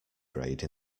grade